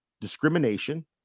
discrimination